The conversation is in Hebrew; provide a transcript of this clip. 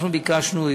אנחנו ביקשנו,